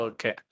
Okay